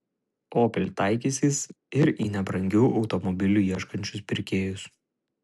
opel taikysis ir į nebrangių automobilių ieškančius pirkėjus